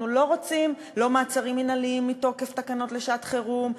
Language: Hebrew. אנחנו לא רוצים לא מעצרים מינהליים מתוקף תקנות שעת-חירום,